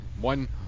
One